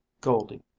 Goldie